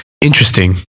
interesting